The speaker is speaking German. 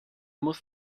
muss